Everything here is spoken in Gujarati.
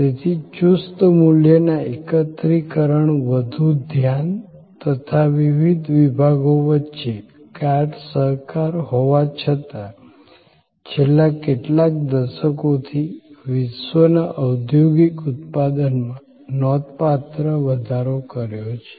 તેથી ચુસ્ત મૂલ્યના એકત્રીકરણ વધુ ધ્યાન તથા વિવિધ વિભાગો વચ્ચે ગાઢ સહકાર હોવા છતાં છેલ્લા કેટલાક દસકોથી વિશ્વના ઔદ્યોગિક ઉત્પાદનમાં નોંધપાત્ર વધારો કર્યો છે